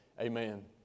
Amen